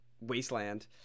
wasteland